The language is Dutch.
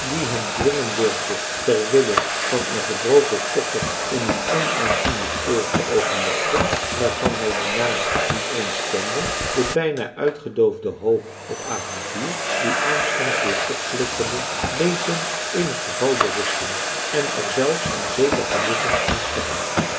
die hem dwingen durfde ter wille van een gebroken koffer in een onaanzienlijk oord te overnachten waarvan hij den naam niet eens kende de bijna uitgedoofde hoop op avontuur die aanstonds weer opflikkerde deed hem in het geval berusten en er zelfs een zeker genoegen in scheppen